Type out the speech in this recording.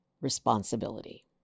responsibility